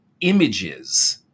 images